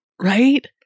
right